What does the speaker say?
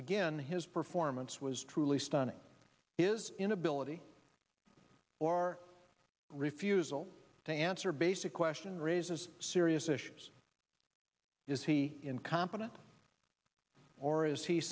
again his performance was truly stunning his inability or refusal to answer basic question raises serious issues is he incompetent or is he